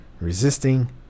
resisting